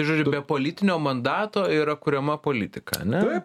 žodžiu be politinio mandato yra kuriama politika ane